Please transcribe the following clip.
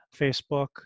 Facebook